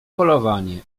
polowanie